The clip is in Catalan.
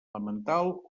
elemental